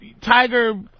tiger